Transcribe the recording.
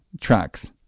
tracks